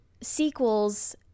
sequels